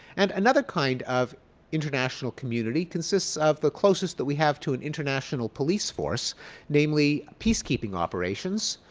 and another kind of international community consists of the closest that we have to an international police force namely peace keeping operations.